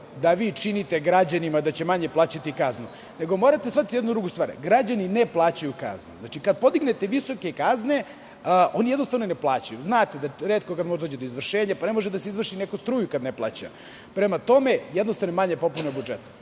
da vi činite građanima da će manje plaćati kaznu, nego morate shvatiti jednu drugu stvar – građani ne plaćaju kazne. Znači, kada podignete visoke kazne, oni jednostavno ne plaćaju. Znate da retko kad može da dođe do izvršenja, pa ne može da se izvrši i kad neko struju ne plaća. Prema tome, jednostavno je manja popuna budžeta.